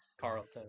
Carlton